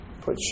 Put